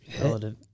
relative